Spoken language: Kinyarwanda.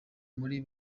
muri